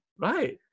Right